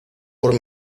por